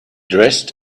dressed